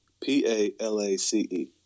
P-A-L-A-C-E